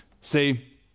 See